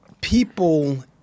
people